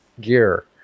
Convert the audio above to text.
gear